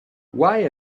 why